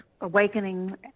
awakening